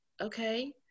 okay